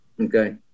okay